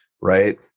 Right